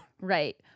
right